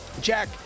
Jack